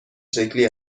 شکلی